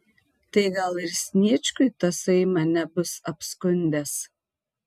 tai gal ir sniečkui tasai mane bus apskundęs